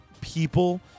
people